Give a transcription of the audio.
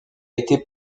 été